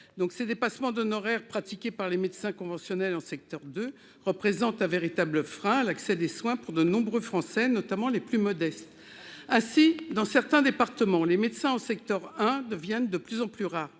des dépassements d'honoraires. Or ces pratiques, de la part de médecins conventionnés en secteur 2, constituent un véritable frein à l'accès aux soins pour de nombreux Français, notamment pour les plus modestes. Dans certains départements, les médecins en secteur 1 deviennent de plus en plus rares.